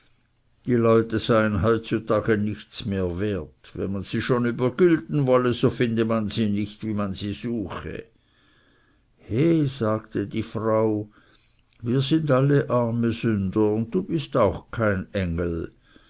die leute seien neue heutzutage nichts mehr wert wenn man sie schon übergülden wollte so finde man sie nicht wie man sie suche he sagte die frau wir sind alle arme sünder und du bist auch kein engel